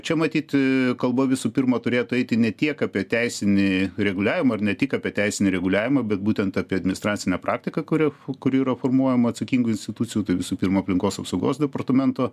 čia matyt kalba visų pirma turėtų eiti ne tiek apie teisinį reguliavimą ar ne tik apie teisinį reguliavimą bet būtent apie administracinę praktiką kuri kuri yra formuojama atsakingų institucijų tai visų pirma aplinkos apsaugos departamento